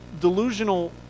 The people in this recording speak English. delusional